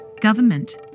government